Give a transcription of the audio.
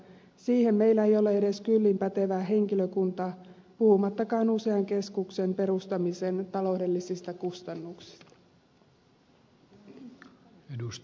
siihen meillä ei ole edes kyllin pätevää henkilökuntaa puhumattakaan usean keskuksen perustamisen taloudellisista kustannuksista